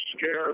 scared